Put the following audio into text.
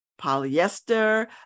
polyester